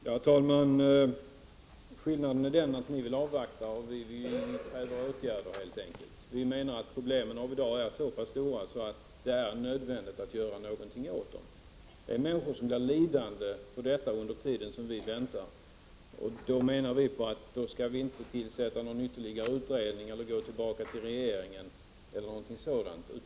Herr talman! Skillnaden är den att ni vill avvakta och att vi kräver åtgärder. Vi menar att dagens problem är så pass stora att det är nödvändigt att göra någonting åt dem. Människor blir lidande under tiden som vi väntar. Därför menar vi att vi inte skall tillsätta någon utredning, låta ärendet gå tillbaka till regeringen eller något sådant.